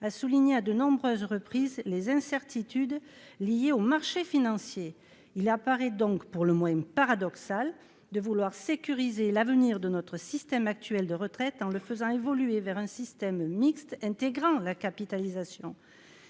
a souligné à de nombreuses reprises les incertitudes liées aux marchés financiers. Il apparaît donc pour le moins paradoxal de vouloir sécuriser l'avenir de notre système actuel de retraite en le faisant évoluer vers un système mixte, intégrant un mécanisme